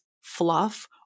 fluff